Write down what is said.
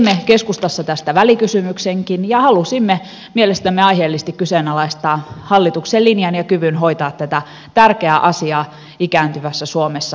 me teimme keskustassa tästä välikysymyksenkin ja halusimme mielestämme aiheellisesti kyseenalaistaa hallituksen linjan ja kyvyn hoitaa tätä tärkeää asiaa ikääntyvässä suomessa